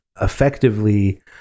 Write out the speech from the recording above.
effectively